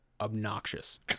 obnoxious